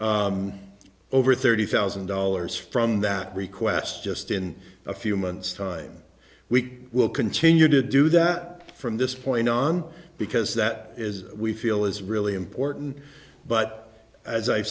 over thirty thousand dollars from that request just in a few months time we will continue to do that from this point on because that is we feel is really important but as i